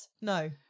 No